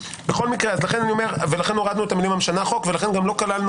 לכן הורדנו את מילים המשנה חוק ולכן גם לא כללנו